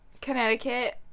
connecticut